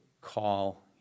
call